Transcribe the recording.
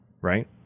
Right